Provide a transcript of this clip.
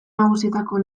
nagusietako